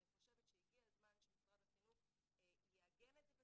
אני חושבת שהגיע הזמן שמשרד החינוך יעגן את זה בתקנות.